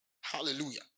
hallelujah